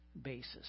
Basis